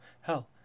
Hell